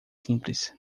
simples